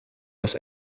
los